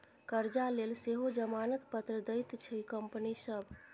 करजा लेल सेहो जमानत पत्र दैत छै कंपनी सभ